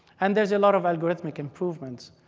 and there's a lot of algorithmic improvements.